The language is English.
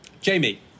Jamie